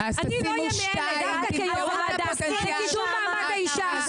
דווקא כיו"ר הוועדה לקידום מעמד האישה,